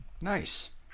Nice